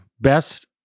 Best